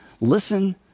listen